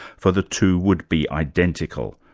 for the two would be identical,